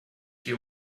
you